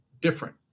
different